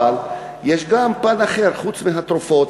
אבל יש גם פן אחר חוץ מהתרופות.